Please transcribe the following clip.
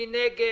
מי נגד?